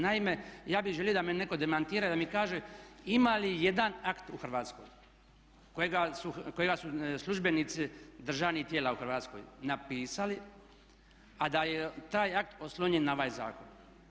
Naime, ja bih želio da me netko demantira, da mi kaže ima li ijedan akt u Hrvatskoj kojega su službenici državnih tijela u Hrvatskoj napisali a da je taj akt oslonjen na ovaj zakon?